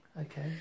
Okay